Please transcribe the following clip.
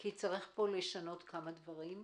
כי צריך לשנות פה כמה דברים.